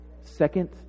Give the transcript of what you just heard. second